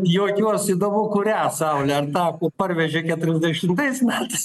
juokiuos įdomu kurią saulę ar tą kur parvežė keturiasdešimtais metais